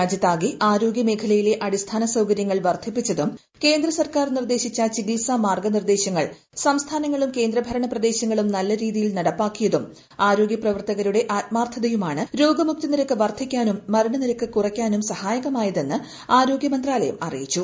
രാജ്യത്താകെ ആരോഗ്യമേഖലയിലെ അടിസ്ഥാന സൌകര്യങ്ങൾ വർധിപ്പിച്ചതും കേന്ദ്ര സർക്കാർ നിർദ്ദേശിച്ച ചികിത്സ മാർഗ്ഗനിർദ്ദേശങ്ങൾ സംസ്ഥാനങ്ങളും കേന്ദ്രഭരണപ്രദേശങ്ങളും നല്ല രീതിയിൽ നടപ്പാക്കിയതും ആരോഗ്യ പ്രവർത്തകരുടെ ആത്മാർഥതയുമാണ് രോഗമുക്തി നിരക്ക് വർദ്ധിക്കാനും മരണ നിരക്ക് കുറയ്ക്കാനും സഹായകമായത് എന്ന് ആരോഗ്യ മന്ത്രാലയം അറിയിച്ചു